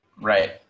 Right